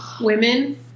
women